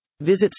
Visit